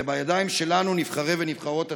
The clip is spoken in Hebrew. זה בידיים שלנו, נבחרי ונבחרות הציבור.